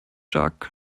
dark